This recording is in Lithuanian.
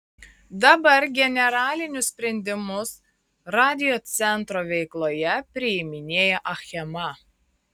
dabar generalinius sprendimus radiocentro veikloje priiminėja achema